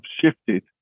shifted